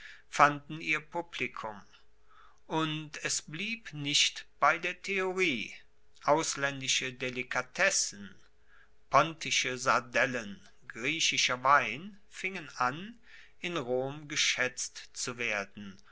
fanden ihr publikum und es blieb nicht bei der theorie auslaendische delikatessen pontische sardellen griechischer wein fingen an in rom geschaetzt zu werden